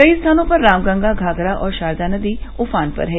कई स्थानों पर रामगंगा घाघरा और शारदा नदी उफान पर है